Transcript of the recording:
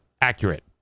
accurate